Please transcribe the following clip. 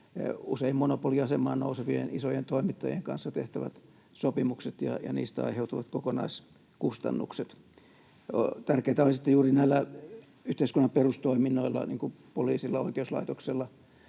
usein monopoliasemaan nousevien isojen toimintojen kanssa tehtävät sopimukset ja niistä aiheutuvat kokonaiskustannukset. Tärkeätä olisi, että juuri näillä yhteiskunnan perustoiminnoilla, niin kuin poliisilla ja oikeuslaitoksella,